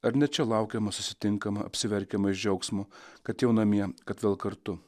ar ne čia laukiama susitinkama apsiverkiama iš džiaugsmo kad jau namie kad vėl kartu